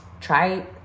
Try